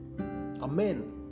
Amen